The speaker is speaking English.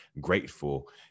grateful